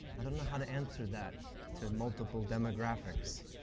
i don't know how to answer that to multiple demographics.